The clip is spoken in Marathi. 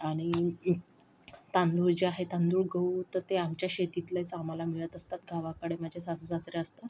आणि तांदूळ जे आहे तांदूळ गहू तर ते आमच्या शेतीतलेच आम्हाला मिळत असतात गावाकडे माझे सासू सासरे असतात